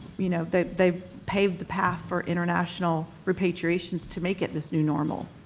you know they've they've paved the path for international repatriations to make it this new normal.